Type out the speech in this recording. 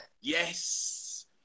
yes